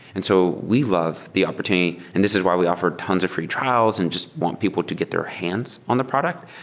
and so we love the opportunity, and this is why we offered tons of free trials and just want people to get their hands on the product,